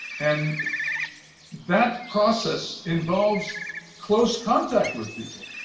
and that process involves close contact with people.